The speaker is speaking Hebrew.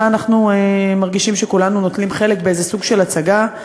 אנחנו מרגישים שכולנו נוטלים חלק באיזה סוג של הצגה.